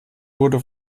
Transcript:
wurde